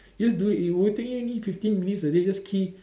just do it it will only take you only fifteen minutes a day just key